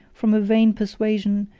from a vain persuasion,